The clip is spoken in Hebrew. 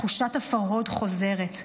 תחושת הפרהוד חוזרת.